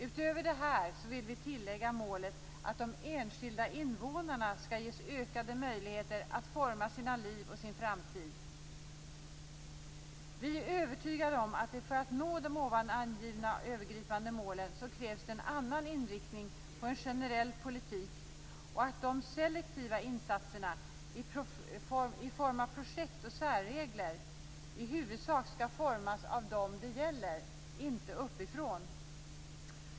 Utöver detta vill vi lägga till målet att de enskilda invånarna skall ges ökade möjligheter att forma sina liv och sin framtid. Vi är övertygade om att för att nå de ovan angivna övergripande målen krävs det en annan inriktning på en generell politik. De selektiva insatserna i form av projekt och särregler skall i huvudsak formas av dem de gäller, och inte uppifrån.